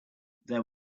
there